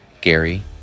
gary